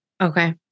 Okay